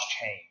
change